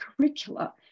curricula